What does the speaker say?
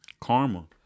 karma